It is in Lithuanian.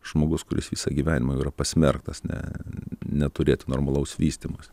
žmogus kuris visą gyvenimą jau yra pasmerktas ne neturėti normalaus vystymosi